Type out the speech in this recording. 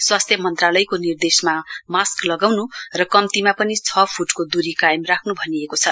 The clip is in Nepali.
स्वास्थ्य मन्त्रालयको निर्देशमा मास्क लगाउनु र कम्तीमा पनि छ फूटको दूरी कायम राख्नु भनिएको छ